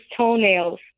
toenails